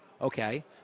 okay